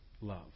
love